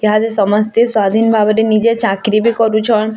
ଇହା ଦେ ସମସ୍ତେ ସ୍ୱାଧୀନ୍ ଭାବରେ ନିଜେ ଚାକିର୍ ବି କରୁଛନ୍